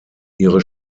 ihre